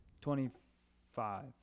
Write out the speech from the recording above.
Twenty-five